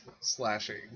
slashing